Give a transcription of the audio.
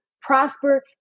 prosper